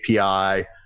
API